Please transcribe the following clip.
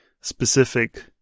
specific